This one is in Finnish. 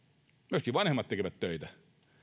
myöskin vanhemmat tekevät töitä